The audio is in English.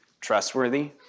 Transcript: Trustworthy